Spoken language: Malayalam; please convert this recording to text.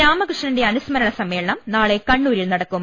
രാമകൃഷ്ണന്റെ അനുസ്മരണ സമ്മേളനം നാളെ കണ്ണൂരിൽ നടക്കും